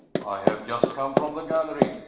have just come from the gallery,